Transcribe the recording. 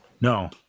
No